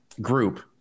group